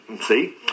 see